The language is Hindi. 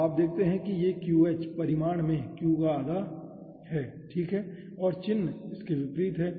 तो आप देखते हैं कि यह qH परिमाण में q का ठीक आधा है और इसके चिन्ह विपरीत है